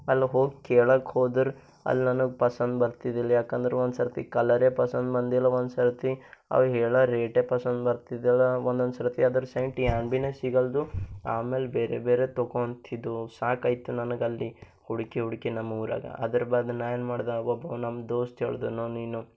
ಅಲ್ಲಿ ಹೋಗಿ ಕೆಳಕ್ಕೆ ಹೋದ್ರೆ ಅಲ್ಲಿ ನನಗೆ ಪಸಂದ್ ಬರ್ತಿದ್ದಿಲ್ಲ ಯಾಕಂದ್ರೆ ಒಂದು ಸರ್ತಿ ಕಲರೇ ಪಸಂದ್ ಬಂದಿಲ್ಲ ಒಂದು ಸರ್ತಿ ಅವರು ಹೇಳೋ ರೇಟೇ ಪಸಂದ ಬರ್ತಿದ್ದಿಲ್ಲ ಒಂದೊಂದು ಸರ್ತಿ ಅದರ ಸೈಂಟ್ ಏನ್ ಭೀನೇ ಸಿಗಲ್ದು ಆಮೇಲೆ ಬೇರೆ ಬೇರೆ ತೊಕೊಂತ್ತಿದ್ವು ಸಾಕಾಯಿತು ನನಗಲ್ಲಿ ಹುಡುಕಿ ಹುಡುಕಿ ನಮ್ಮ ಊರಾಗ ಅದರ ಬಾದ್ ನಾನು ಏನು ಮಾಡ್ದೆ ಒಬ್ಬ ನಮ್ಮ ದೋಸ್ತ ಹೇಳಿದ ನೋಡು ನೀನು